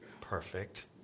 perfect